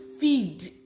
feed